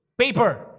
paper